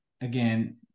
again